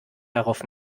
darauf